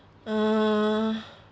uh